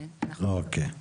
כן, הערה שקיבלנו.